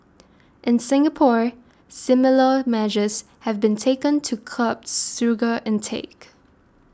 in Singapore similar measures have been taken to curb sugar intake